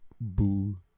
boo